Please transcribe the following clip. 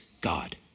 God